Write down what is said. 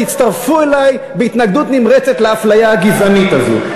תצטרפו אלי בהתנגדות נמרצת לאפליה הגזענית הזו.